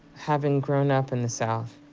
having grown up in the south,